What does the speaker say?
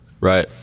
right